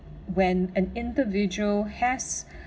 when an individual has